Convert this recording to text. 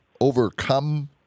overcome